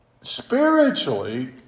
Spiritually